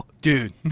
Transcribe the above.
Dude